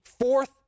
fourth